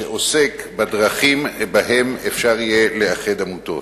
שעוסק בדרכים שבהן אפשר יהיה לאחד עמותות.